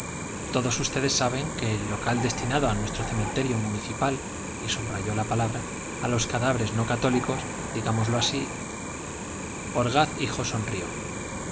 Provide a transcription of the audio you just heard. todos ustedes saben que el local destinado en nuestro cementerio municipal y subrayó la palabra a los cadáveres no católicos digámoslo así orgaz hijo sonrió